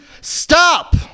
Stop